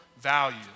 value